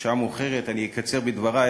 השעה מאוחרת, ואני אקצר בדברי.